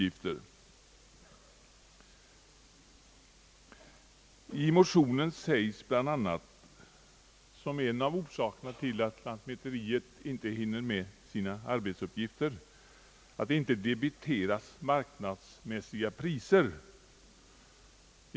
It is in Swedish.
I motionen sägs bl.a. att en av orsakerna till att lantmäteriet inte hinner med sina arbetsuppgifter är, att det inte debiteras marknadsmässiga priser.